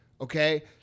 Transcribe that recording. okay